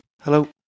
Hello